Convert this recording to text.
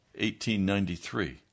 1893